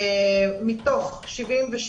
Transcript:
מתוך 77